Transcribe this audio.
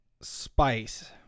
spice